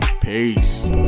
peace